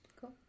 cool